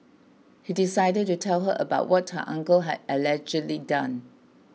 he decided to tell her about what her uncle had allegedly done